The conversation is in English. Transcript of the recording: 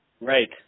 Right